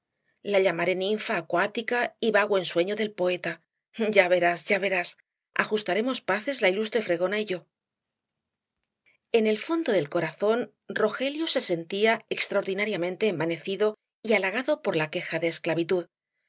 la llamaré ninfa acuática y vago ensueño del poeta ya verás ya verás ajustaremos paces la ilustre fregona y yo en el fondo del corazón rogelio se sentía extraordinariamente envanecido y halagado por la queja de esclavitud